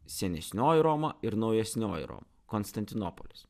senesnioji roma ir naujesnioji roma konstantinopolis